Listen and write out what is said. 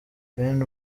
bene